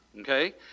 Okay